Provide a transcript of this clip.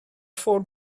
ffôn